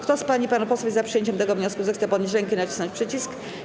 Kto z pań i panów posłów jest za przyjęciem tego wniosku, zechce podnieść rękę i nacisnąć przycisk.